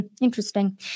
Interesting